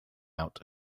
out